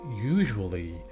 usually